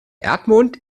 erdmond